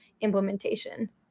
implementation